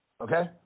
Okay